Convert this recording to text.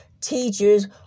teachers